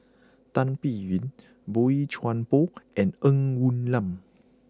Tan Biyun Boey Chuan Poh and Ng Woon Lam